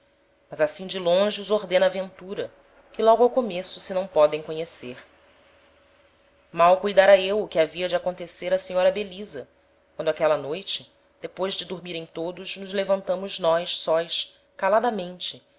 mas assim de longe os ordena a ventura que logo ao começo se não podem conhecer mal cuidara eu o que havia de acontecer á senhora belisa quando aquela noite depois de dormirem todos nos levantamos nós sós